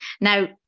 Now